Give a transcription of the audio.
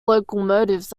locomotives